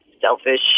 selfish